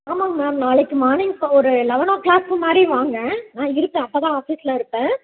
ஆமாங்க மேம் நாளைக்கு மார்னிங் ஒரு லெவன் ஓ க்ளாக் மாதிரி வாங்க நான் இருப்பேன் அப்போதான் ஆஃபீஸில் இருப்பேன்